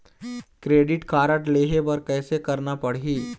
Credit card लेहे बर कैसे करना पड़ही?